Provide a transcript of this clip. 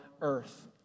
earth